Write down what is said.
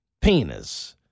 penis